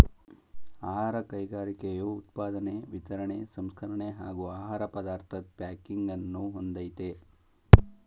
ಆಹಾರ ಕೈಗಾರಿಕೆಯು ಉತ್ಪಾದನೆ ವಿತರಣೆ ಸಂಸ್ಕರಣೆ ಹಾಗೂ ಆಹಾರ ಪದಾರ್ಥದ್ ಪ್ಯಾಕಿಂಗನ್ನು ಹೊಂದಯ್ತೆ